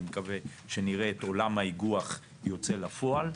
אני מקווה שנראה את עולם האיגוח יוצא לפועל,